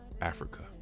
Africa